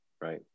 Right